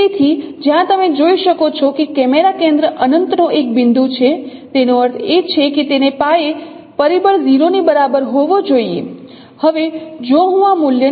તેથી જ્યાં તમે જોઈ શકો છો કે કેમેરા કેન્દ્ર અનંતનો એક બિંદુ છે તેનો અર્થ એ છે કે તેનો પાયે પરિબળ 0 ની બરાબર હોવો જોઈએ